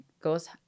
goes